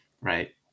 right